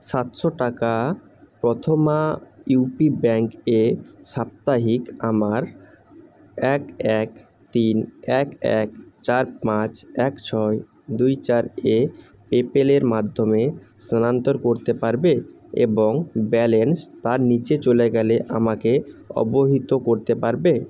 সাতশো টাকা Prathama U P bank এ সাপ্তাহিক আমার এক এক তিন এক এক চার পাঁচ এক ছয় দুই চার এ পেপ্যালের মাধ্যমে স্থানান্তর করতে পারবে এবং ব্যালেন্স তার নিচে চলে গেলে আমাকে অবহিত করতে পারবে